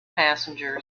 passengers